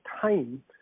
time